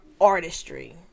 artistry